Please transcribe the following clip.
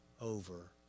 over